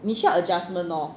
你需要 adjustment lor